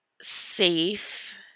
safe